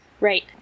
Right